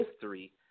history